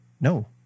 No